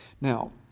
Now